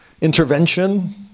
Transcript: Intervention